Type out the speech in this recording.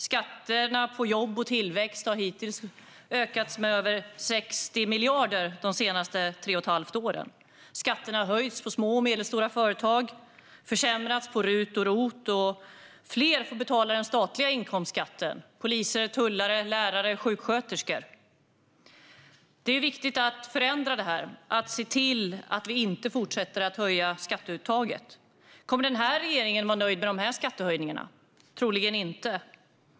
Skatterna på jobb och tillväxt har ökats med över 60 miljarder de senaste tre och ett halvt åren. Skatterna har höjts för små och medelstora företag och försämrats på RUT och ROT, och fler får betala den statliga inkomstskatten: poliser, tullare, lärare och sjuksköterskor. Det är viktigt att förändra det här och se till att vi inte fortsätter att höja skatteuttaget. Kommer den här regeringen att vara nöjd med de här skattehöjningarna? Troligen inte.